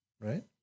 Right